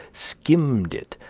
skimmed it,